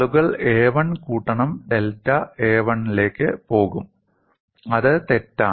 ആളുകൾ a1 കൂട്ടണം delta a1 ലേക്ക് പോകും അതു തെറ്റാണ്